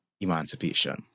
emancipation